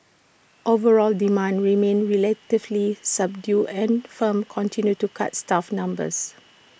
overall demand remained relatively subdued and firms continued to cut staff numbers